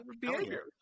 behavior